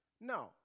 No